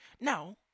Now